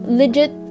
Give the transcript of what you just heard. legit